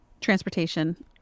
Transportation